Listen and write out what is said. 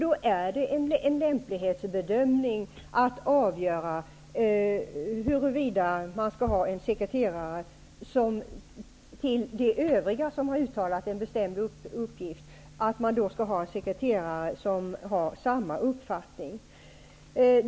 Det är en lämplighetsbedömning huruvida man utöver dem som redan har uttalat en bestämd mening också skall ha en sekreterare med samma uppfattning.